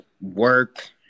work